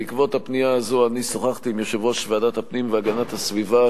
בעקבות הפנייה הזאת שוחחתי עם יושב-ראש ועדת הפנים והגנת הסביבה,